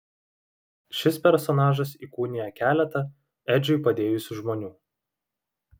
šis personažas įkūnija keletą edžiui padėjusių žmonių